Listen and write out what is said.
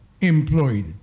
employed